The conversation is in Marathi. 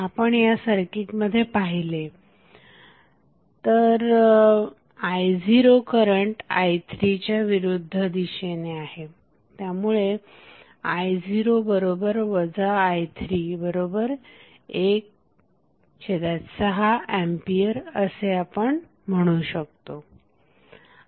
आपण या सर्किटमध्ये पाहिले तर i0 करंट i3च्या विरुद्ध दिशेने आहे त्यामुळे i0 i316 A असे आपण म्हणू शकतो